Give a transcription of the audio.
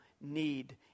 need